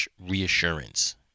Reassurance